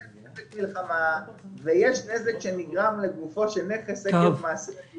יש נזק מלחמה ויש נזק שנגרם לגופו של נכס עקב מעשה אלימות.